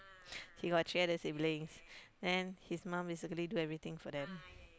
he got three other siblings then his mum basically do everything for them